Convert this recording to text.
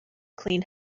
clean